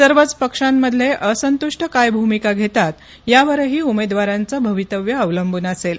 सर्वच पक्षामधले असंतुष्ट काय भूमिका घेतात यावरही उमेदवारांचं भवितव्य अवलंबून असेल